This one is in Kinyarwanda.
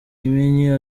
kimenyi